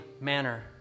manner